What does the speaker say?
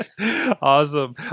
Awesome